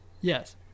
Yes